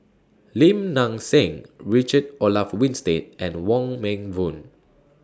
Lim Nang Seng Richard Olaf Winstedt and Wong Meng Voon